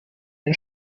den